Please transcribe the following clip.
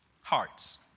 hearts